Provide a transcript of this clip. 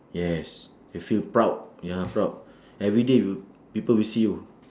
yes you feel proud ya proud everyday you people will see you